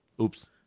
Oops